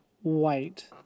white